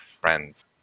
friends